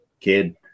kid